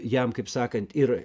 jam kaip sakant ir